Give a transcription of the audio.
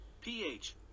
pH